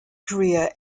career